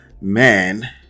man